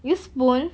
use spoon